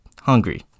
hungry